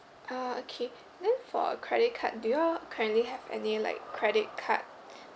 oh okay then for a credit card do you all currently have any like credit card